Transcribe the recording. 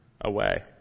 away